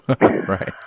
Right